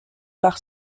par